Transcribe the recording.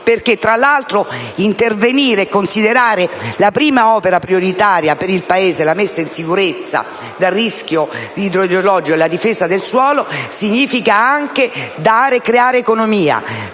perché, tra l'altro, intervenire e considerare la prima opera prioritaria per il Paese la messa in sicurezza dal rischio idrogeologico e la difesa del suolo significa anche creare economia